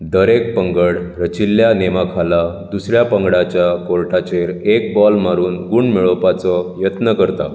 दरेक पंगड रचिल्ल्या नेमा खाला दुसऱ्या पंगडाच्या कोर्टाचेर एक बॉल मारून गूण मेळोवपाचो यत्न करता